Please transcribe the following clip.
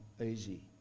easy